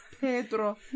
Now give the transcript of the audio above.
Pedro